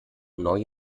neue